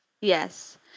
Yes